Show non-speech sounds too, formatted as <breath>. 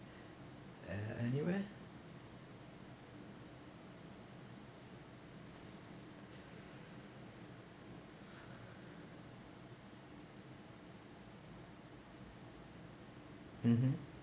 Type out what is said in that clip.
a~ anywhere <breath> mmhmm